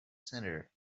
senator